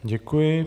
Děkuji.